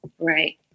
Right